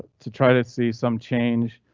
to try to see some change